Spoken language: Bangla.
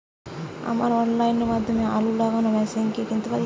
আমরা অনলাইনের মাধ্যমে আলু লাগানো মেশিন কি কিনতে পারি?